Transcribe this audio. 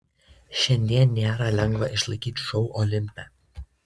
šiandien nėra lengva išsilaikyti šou olimpe